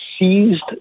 seized